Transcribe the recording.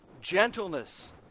gentleness